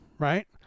Right